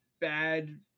bad